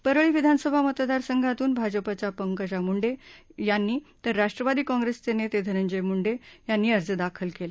परळी विधानसभा मतदारसंघातून भाजपाच्या पंकजा मुंडे यांनी तर राष्ट्रवादी काँप्रेसचे नेते धनंजय मुंडे अर्ज दाखल केला